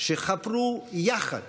שחפרו יחד